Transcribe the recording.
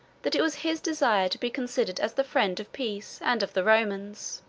that it was his desire to be considered as the friend of peace, and of the romans.